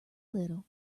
little